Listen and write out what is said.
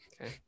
Okay